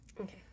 Okay